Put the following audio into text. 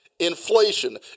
Inflation